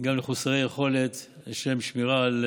גם למחוסרי יכולת לשם שמירה על